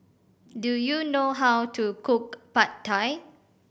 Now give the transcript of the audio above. do you know how to cook Pad Thai